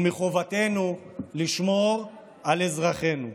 מחובתנו לשמור על אזרחינו.